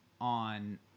on